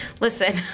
Listen